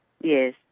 Yes